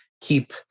keep